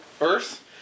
Earth